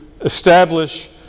establish